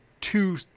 two